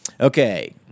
Okay